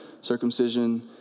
circumcision